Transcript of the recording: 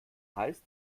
heißt